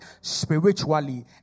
spiritually